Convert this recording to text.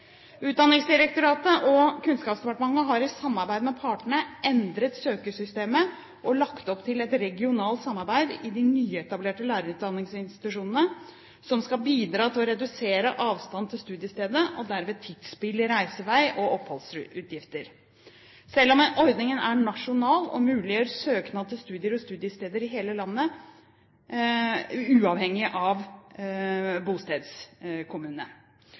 Utdanningsdirektoratet og Kunnskapsdepartementet har i samarbeid med partene endret søkesystemet og lagt opp til et regionalt samarbeid i de nyetablerte lærerutdanningsinstitusjonene som skal bidra til å redusere avstand til studiestedet og derved tidsspill i reisevei og oppholdsutgifter, selv om ordningen er nasjonal og muliggjør søknad til studier og studiesteder i hele landet, uavhengig av bostedskommune.